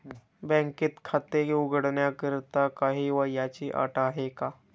बँकेत खाते उघडण्याकरिता काही वयाची अट आहे का?